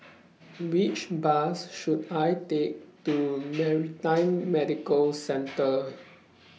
Which Bus should I Take to Maritime Medical Centre